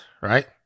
right